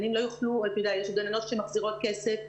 יש גננות שמחזירות כסף,